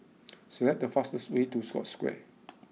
select the fastest way to Scotts Square